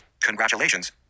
Congratulations